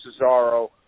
Cesaro